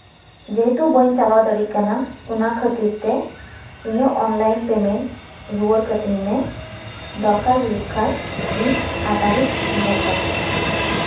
ᱡᱮᱦᱮᱛᱩ ᱵᱟᱹᱧ ᱪᱟᱞᱟᱣ ᱫᱟᱲᱮᱭᱟᱜ ᱠᱟᱱᱟ ᱚᱱᱟ ᱠᱷᱟᱹᱛᱤᱨ ᱛᱮ ᱤᱧᱟᱹᱜ ᱚᱱᱞᱟᱭᱤᱱ ᱯᱮᱢᱮᱱᱴ ᱨᱩᱣᱟᱹᱲ ᱠᱟᱹᱛᱤᱧ ᱢᱮ ᱫᱚᱠᱟᱨ ᱦᱩᱭᱩᱜ ᱠᱷᱟᱱ ᱤᱧ ᱟᱵᱟᱨ ᱤᱧ ᱵᱩᱠᱼᱟ